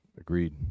agreed